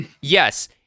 Yes